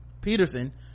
peterson